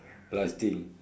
plastic